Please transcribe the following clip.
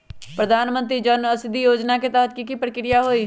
प्रधानमंत्री जन औषधि योजना के तहत की की प्रक्रिया होई?